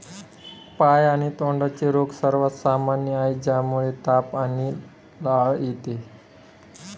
पाय आणि तोंडाचे रोग सर्वात सामान्य आहेत, ज्यामुळे ताप आणि लाळ येते